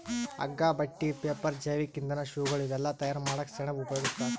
ಹಗ್ಗಾ ಬಟ್ಟಿ ಪೇಪರ್ ಜೈವಿಕ್ ಇಂಧನ್ ಶೂಗಳ್ ಇವೆಲ್ಲಾ ತಯಾರ್ ಮಾಡಕ್ಕ್ ಸೆಣಬ್ ಉಪಯೋಗಸ್ತಾರ್